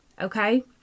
okay